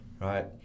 right